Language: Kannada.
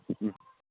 ಹ್ಞೂ